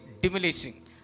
diminishing